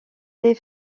les